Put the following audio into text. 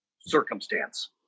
circumstance